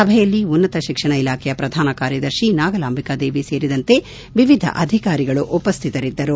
ಸಭೆಯಲ್ಲಿ ಉನ್ನತ ಶಿಕ್ಷಣ ಇಲಾಖೆಯ ಪ್ರಧಾನ ಕಾರ್ಯದರ್ಶಿ ನಾಗಲಾಂಬಿಕಾ ದೇವಿ ಸೇರಿದಂತೆ ವಿವಿಧ ಅಧಿಕಾರಿಗಳು ಉಪಶ್ವಿತರಿದ್ದರು